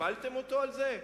הפלתם אותו על זה?